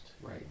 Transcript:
right